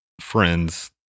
friends